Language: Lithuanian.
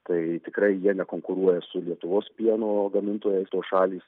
tai tikrai jie nekonkuruoja su lietuvos pieno gamintojais tos šalys